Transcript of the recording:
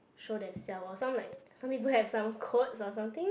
show themselves or some like some people have some quotes or something